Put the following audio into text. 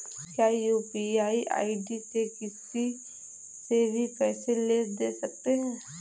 क्या UPI ID से किसी से भी पैसे ले दे सकते हैं?